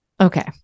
Okay